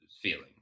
feeling